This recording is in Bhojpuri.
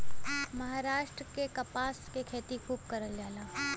महाराष्ट्र में कपास के खेती खूब करल जाला